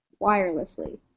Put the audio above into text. Wirelessly